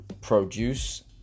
produce